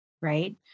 Right